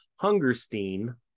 Hungerstein